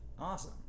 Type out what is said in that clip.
awesome